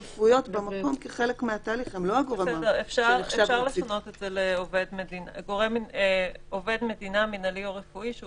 אפשר לשנות את זה לעובד מדינה מנהלי או רפואי.